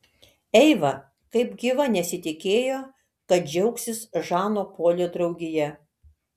eiva kaip gyva nesitikėjo kad džiaugsis žano polio draugija